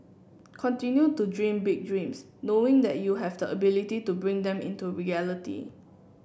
continue to dream big dreams knowing that you have the ability to bring them into reality